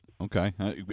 Okay